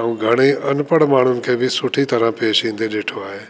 ऐं घणे अनपढ़ माण्हुनि ख बि सुठी तरह पेश ईंदे ॾिठो आहे